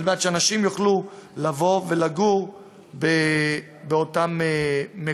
מנת שאנשים יוכלו לבוא ולגור באותם מקומות.